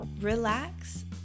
relax